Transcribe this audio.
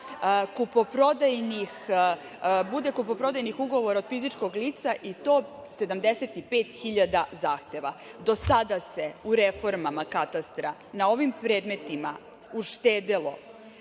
bude kupoprodajnih ugovora od fizičkog lica i to 75.000 zahteva. Do sada se u reformama katastra na ovim predmetima uštedelo